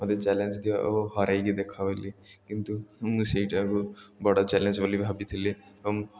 ମୋତେ ଚ୍ୟାଲେଞ୍ଜ ଦିଅ ହରେଇକି ଦେଖାଅ ବୋଲି କିନ୍ତୁ ମୁଁ ସେଇଟାକୁ ବଡ଼ ଚ୍ୟାଲେଞ୍ଜ ବୋଲି ଭାବିଥିଲି ଏବଂ